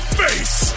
face